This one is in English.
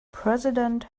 president